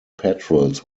patrols